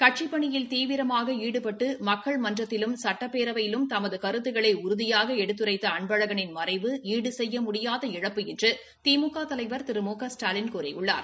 கட்சிப் பணியில் தீவிரமாக ஈடுபட்ட அவர் மக்கள் மன்றத்திலும் சுட்டப்பேரவையிலும் தமது கருத்துக்களை உறுதியாக எடுத்துரைக்கும் அன்பழகனின் மறைவு ஈடு செய்ய முடியாத இழப்பு என்று திமுக தலைவா் திரு மு க ஸ்டாலின் கூறியுள்ளார்